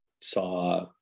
saw